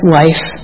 life